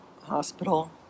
hospital